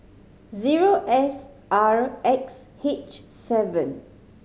zero S R X H seven